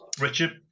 Richard